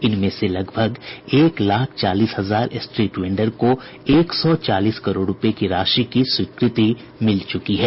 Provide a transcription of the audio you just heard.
इनमें से लगभग एक लाख चालीस हजार स्ट्रीट वेंडर को एक सौ चालीस करोड़ रुपए की राशि की स्वीकृति मिल चुकी है